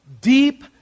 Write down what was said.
deep